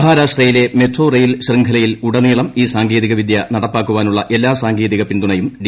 മഹാരാഷ്ട്രയിലെ metro rail ശൃംഖലയിലുടനീളം ഈ സാങ്കേതിക വിദ്യ നടപ്പാക്കാനുള്ള എല്ലാ സാങ്കേതിക പിന്തുണയും ഡി